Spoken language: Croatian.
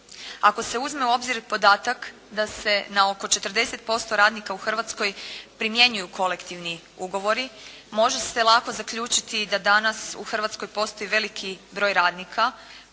Ako se uzme u obzir podatak da se na oko 40% radnika u Hrvatskoj primjenjuju kolektivni ugovori može se lako zaključiti da danas u Hrvatskoj postoji veliki broj radnika